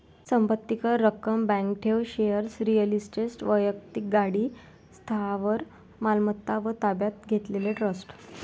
संपत्ती कर, रक्कम, बँक ठेव, शेअर्स, रिअल इस्टेट, वैक्तिक गाडी, स्थावर मालमत्ता व ताब्यात घेतलेले ट्रस्ट